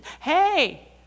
hey